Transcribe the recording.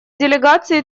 делегации